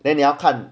then 你要看